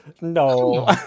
no